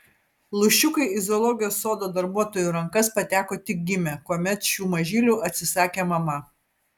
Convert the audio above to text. lūšiukai į zoologijos sodo darbuotojų rankas pateko tik gimę kuomet šių mažylių atsisakė mama